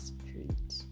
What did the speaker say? Street